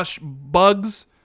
bugs